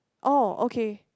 oh okay